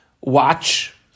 watch